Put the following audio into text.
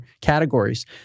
categories